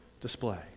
display